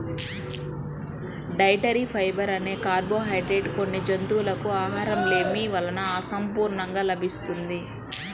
dietary fibre అనే carbohydrate కొన్ని జంతువులకు ఆహారలేమి వలన అసంపూర్ణంగా లభిస్తున్నది